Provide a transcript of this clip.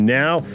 now